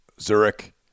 Zurich